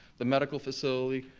the medical facility,